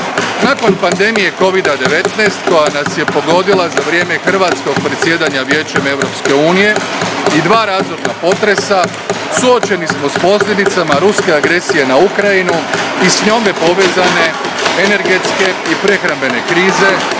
Nakon pandemije Covida-19 koja nas je pogodila za vrijeme hrvatskog predsjedanjem Vijećem EU i dva razorna potresa suočeni smo s posljedicama ruske agresije na Ukrajinu i s njome povezane energetske i prehrambenom krize